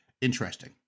interesting